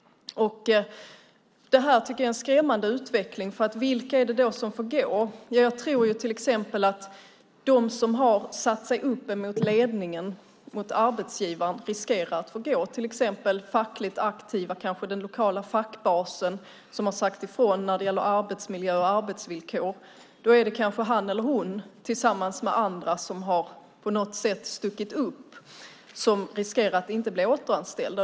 Det här tycker jag är en skrämmande utveckling, för vilka är det då som får gå? Jag tror till exempel att de som har satt sig upp emot ledningen, mot arbetsgivaren, riskerar att få gå. Det kan gälla fackligt aktiva, kanske den lokala fackbasen som har sagt ifrån när det gäller arbetsmiljö och arbetsvillkor. Då är det kanske han eller hon, tillsammans med andra som på något sätt har stuckit upp, som riskerar att inte bli återanställda.